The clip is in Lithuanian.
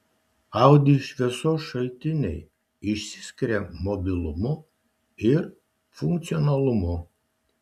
audi šviesos šaltiniai išsiskiria mobilumu ir funkcionalumu